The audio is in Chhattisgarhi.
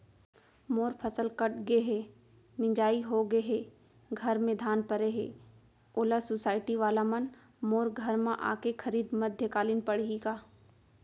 मोर फसल कट गे हे, मिंजाई हो गे हे, घर में धान परे हे, ओला सुसायटी वाला मन मोर घर म आके खरीद मध्यकालीन पड़ही का?